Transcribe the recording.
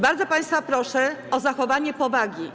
Bardzo państwa proszę o zachowanie powagi.